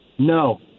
No